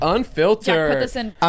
Unfiltered